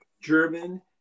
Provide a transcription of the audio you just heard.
German